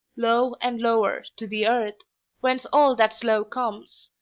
low and lower, to the earth whence all that's low comes,